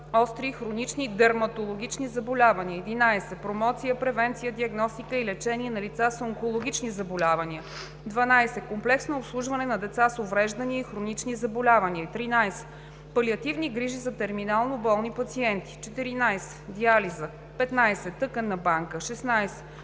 остри и хронични дерматологични заболявания; 11. промоция, превенция, диагностика и лечение на лица с онкологични заболявания; 12. комплексно обслужване на деца с увреждания и хронични заболявания; 13. палиативни грижи за терминално болни пациенти; 14. диализа; 15. тъканна банка; 16.